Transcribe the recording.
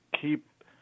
keep